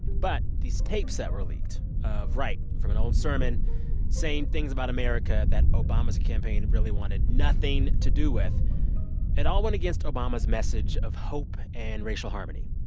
but these tapes that were leaked of wright from an old sermon saying things about america that obama's campaign really wanted nothing to do with it all went against obama's message of hope and racial harmony.